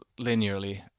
linearly